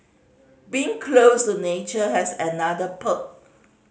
being close to nature has another perk